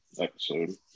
episode